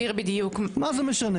מה זה משנה?